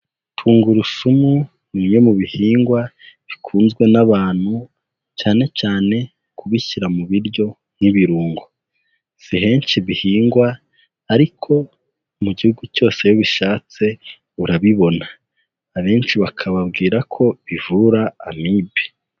Tungurusumu ni bimwe mu bihingwa bikunzwe n'abantu cyane cyane kubishyira mu biryo nk'ibirungo, si henshi bihingwa ariko mu gihugu cyose iyo ubishatse urabibona, abenshi bakababwira ko bivura amibe.